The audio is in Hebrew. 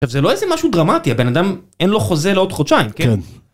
עכשיו זה לא איזה משהו דרמטי הבן אדם אין לו חוזה לעוד חודשיים כן.